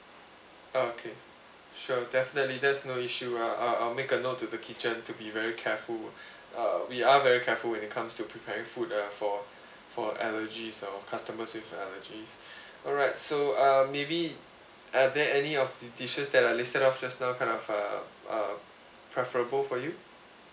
okay sure definitely there's no issue I'll I'll I'll make a note to the kitchen to be very careful uh we are very careful when it comes to preparing food uh for for allergy of our customers with allergies alright so uh maybe are there any of the dishes that I listed out just now kind of uh uh preferable for you